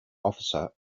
officer